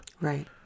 Right